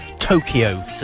Tokyo